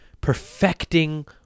perfecting